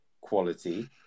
quality